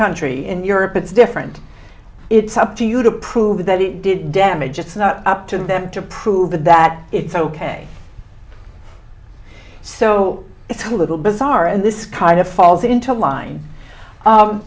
country in europe it's different it's up to you to prove that it did damage it's not up to them to prove that it's ok so it's a little bizarre and this kind of falls into line